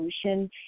solution